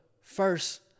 first